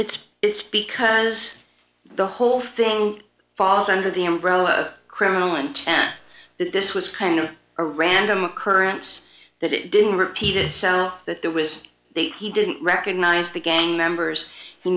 it's it's because the whole thing falls under the umbrella of criminal intent that this was kind of a random occurrence that it didn't repeat itself that there was he didn't recognize the gang members he